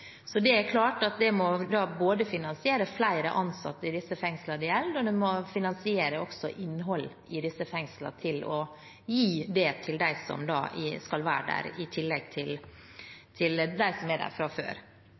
Det er klart at det må både finansiere flere ansatte i disse fengslene det gjelder, og finansiere innhold i disse fengslene og gi det til dem som skal være der, i tillegg til dem som er der fra før.